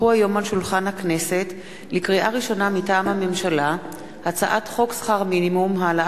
יחד עם זה, הודע לי ממשרד ראש הממשלה שראש הממשלה